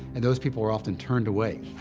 and those people were often turned away.